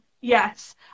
yes